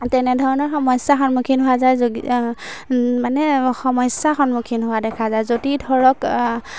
তেনেধৰণৰ সমস্যাৰ সন্মুখীন হোৱা যায় যদি মানে সমস্যাৰ সন্মুখীন হোৱা দেখা যায় যদি ধৰক